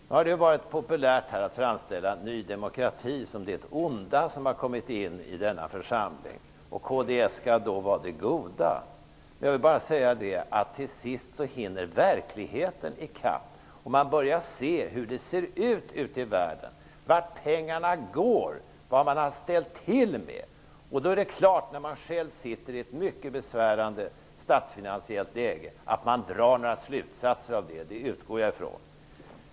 Det har varit populärt här att framställa Ny demokrati som det onda som har kommit in i denna församling. Kds skall då vara det goda. Jag vill då bara säga: Till sist hinner verkligheten i kapp och man börjar se hur det ser ut ute i världen -- vart pengarna går, vad man har ställt till med. När man själv befinner sig i ett mycket besvärande statsfinansiellt läge är det klart att man drar slutsatser av det -- det utgår jag ifrån.